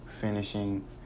finishing